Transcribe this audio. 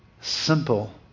simple